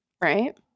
right